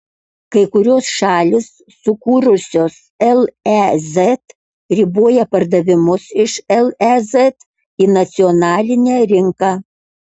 kai kurios šalys sukūrusios lez riboja pardavimus iš lez į nacionalinę rinką